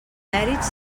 mèrits